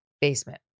Basement